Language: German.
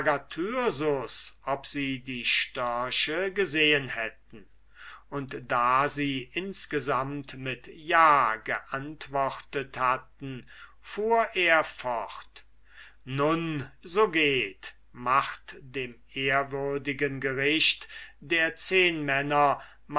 ob sie die störche gesehen hätten und da sie insgesamt mit ja geantwortet hatten fuhr er fort nun so geht macht dem sehr ehrwürdigen gericht der zehnmänner